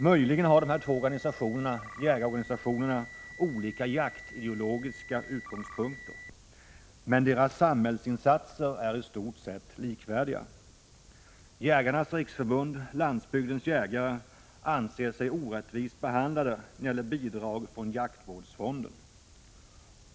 Möjligen har dessa två jägarorganisationer olika jaktideologiska utgångspunkter, men deras samhällsinsatser är i stort sett likvärdiga. Jägarnas riksförbund-Landsbygdens jägare anser sig orättvist behandlat när det gäller bidrag från jaktvårdsfonden.